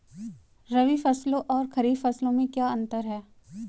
रबी फसलों और खरीफ फसलों में क्या अंतर है?